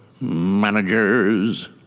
managers